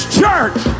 church